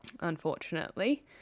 unfortunately